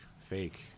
fake